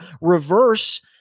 reverse